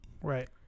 Right